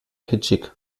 kitschig